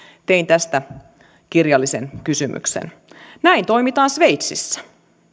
tein tästä kirjallisen kysymyksen näin toimitaan sveitsissä